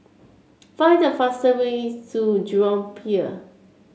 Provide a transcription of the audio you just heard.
find the fastest way to Jurong Pier